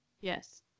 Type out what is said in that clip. Yes